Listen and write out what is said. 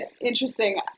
interesting